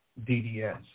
DDS